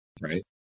right